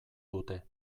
dute